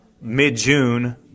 mid-June